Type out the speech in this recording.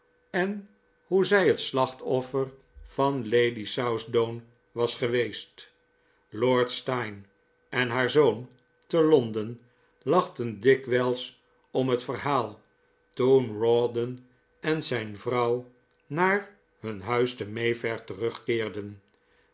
en hoe zij het slachtoffer van lady southdown was geweest lord steyne en haar zoon te londen lachten dikwijls om het verhaal toen rawdon en zijn vrouw naar hun huis te mayfair terugkeerden